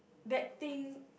that thing